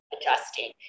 adjusting